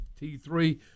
T3